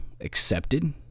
accepted